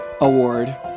award